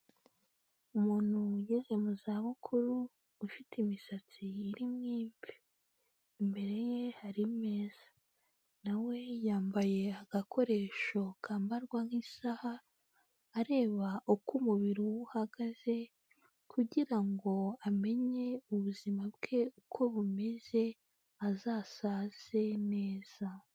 Umuntu ugeze mu za bukuru ufite imisatsi irimo imvi, imbere ye hari imeza, nawe yambaye agakoresho kambarwa nk'isaha, areba uko umubiri we uhagaze, kugira ngo amenye ubuzima bwe uko bumeze azasaze neza.